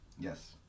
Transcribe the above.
Yes